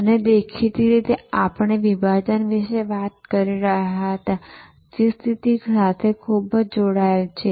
અને દેખીતી રીતે આપણે વિભાજન વિશે વાત કરી રહ્યા હતા જે સ્થિતિ સાથે ખૂબ જ જોડાયેલ છે